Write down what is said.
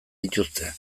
dituzte